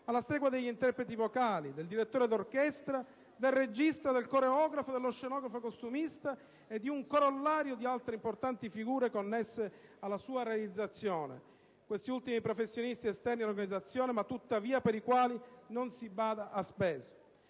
alla stregua degli interpreti vocali, del direttore d'orchestra, del regista, del coreografo, dello scenografo-costumista e di un corollario di altre importanti figure connesse alla sua realizzazione (questi ultimi professionisti esterni all'organizzazione ma per i quali, tuttavia, non si bada a spese).